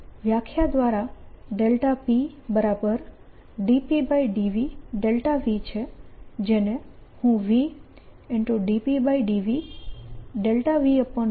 વ્યાખ્યા દ્વારા p∂P∂VV છે જેને હું V∂P∂VVV લખી શકું છું